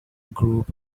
group